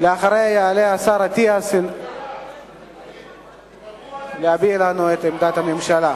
לאחריה יעלה השר אטיאס להביא לנו את עמדת הממשלה.